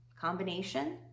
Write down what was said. combination